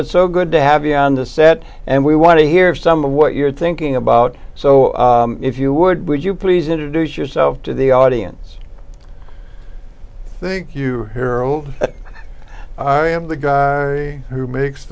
it's so good to have you on the set and we want to hear some of what you're thinking about so if you would would you please introduce yourself to the audience thank you harold the guy who makes